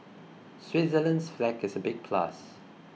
Switzerland's flag is a big plus